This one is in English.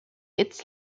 its